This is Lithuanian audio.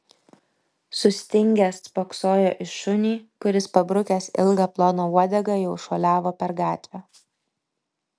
sustingęs spoksojo į šunį kuris pabrukęs ilgą ploną uodegą jau šuoliavo per gatvę